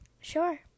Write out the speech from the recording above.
Sure